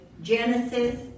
Genesis